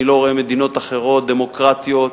אני לא רואה מדינות אחרות, דמוקרטיות,